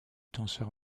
tenseur